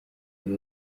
yari